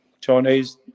Chinese